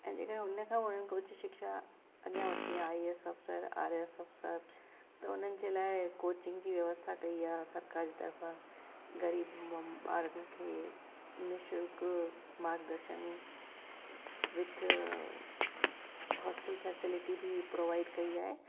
ऐं जेका हुन खां ऊच शिक्षा अॻियां वठिणी आई एस अफसर आर एस अफसर त उन्हनि जे लाइ कोचिंग जी व्यवस्था कई आहे सरकारि जे तर्फ़ा गरीबु ॿारनि खे निशुल्क मार्गदर्शन विथ होस्टल फ़ैसिलिटी बि प्रोवाइड कई आहे